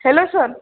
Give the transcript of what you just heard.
hello sir